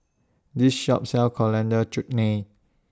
This Shop sells Coriander Chutney